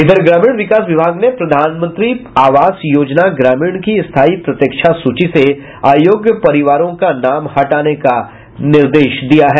इधर ग्रामीण विकास विभाग ने प्रधानमंत्री आवास योजना ग्रामीण की स्थायी प्रतिक्षा सूची से आयोग्य परिवारों का नाम हटाने का निर्देश दिया है